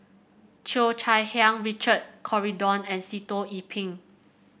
Cheo Chai Hiang Richard Corridon and Sitoh Yih Pin